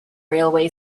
railway